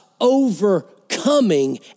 overcoming